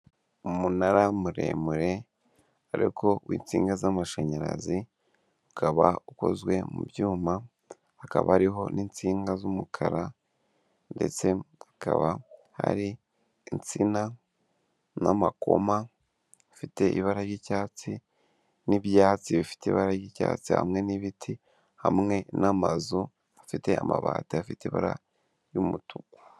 Umunara muremure ariko w'insinga z'amashanyarazi, ukaba ukozwe mu byuma, hakaba hariho n'insinga z'umukara ndetse hakaba hari insina n'amakoma afite ibara ry'icyatsi n'ibyatsi bifite ibara ry'icyatsi hamwe n'ibiti, hamwe n'amazu afite amabati afite ibara ry'umutuku.